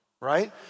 right